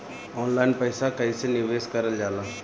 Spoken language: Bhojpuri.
ऑनलाइन पईसा कईसे निवेश करल जाला?